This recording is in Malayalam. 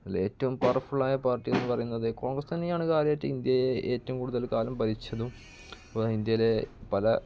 അതിലേറ്റവും പവർഫുള്ളായ പാർട്ടി എന്ന് പറയുന്നത് കോൺഗ്രസ് തന്നെയാണ് ഇന്ത്യയെ ഏറ്റവും കൂടുതൽ കാലം ഭരിച്ചതും അതുപോലെ ഇന്ത്യയിലെ പല